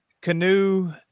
canoe